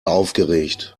aufgeregt